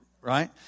right